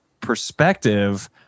perspective